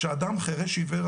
אדם חירש-עיוור,